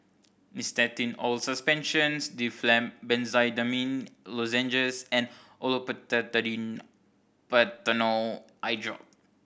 Nystatin Oral Suspension Difflam Benzydamine Lozenges and Olopatadine Patanol Eyedrop